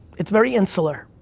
it's very insular,